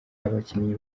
abakinnyi